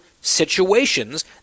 situations